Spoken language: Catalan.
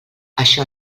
això